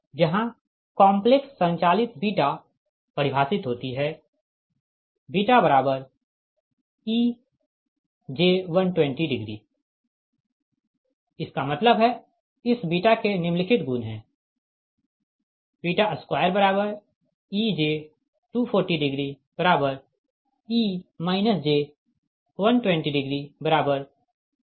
जहाँ कॉम्प्लेक्स संचालित बीटा परिभाषित होती है βej120 इसका मतलब है इस के निम्नलिखित गुण है